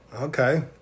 Okay